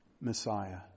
Messiah